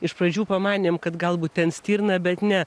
iš pradžių pamanėm kad galbūt ten stirna bet ne